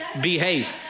behave